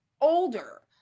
older